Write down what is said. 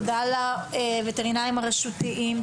תודה לווטרינרים הרשותיים,